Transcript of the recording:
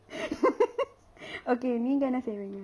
okay நீங்க என்ன செய்வீங்க:neenga enna seiveenga